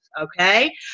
okay